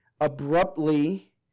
abruptly